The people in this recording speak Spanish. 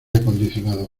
acondicionado